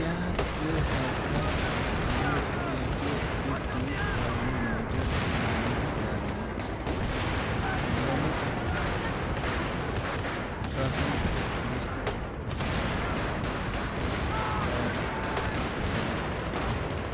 کیٛاہ ژٕ ہیکھا زٕ پیٹہِ بہِ free carbonated lemon flavoured drink mayonnaise shopping لسٹَس منٛز ایڈ کٔرِتھ